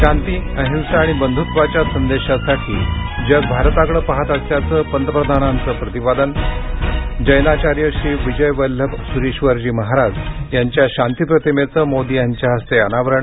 शांती अहिंसा आणि बंधुत्वाच्या संदेशासाठी जग भारताकडे पाहत असल्याचं पंतप्रधानांचं प्रतिपादन जैनाचार्य श्री विजय वल्लभ स्रीश्वर जी महाराज यांच्या शांती प्रतिमेचं मोदी यांच्या हस्ते अनावरण